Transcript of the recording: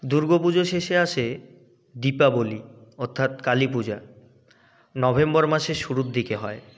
দুর্গো পুজো শেষে আসে দীপাবলি অর্থাৎ কালী পূজা নভেম্বর মাসের শুরুর দিকে হয়